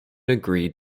agreed